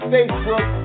Facebook